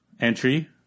entry